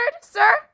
sir